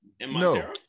No